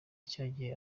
cyagihe